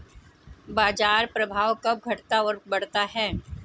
बाजार प्रभाव कब घटता और बढ़ता है?